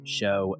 show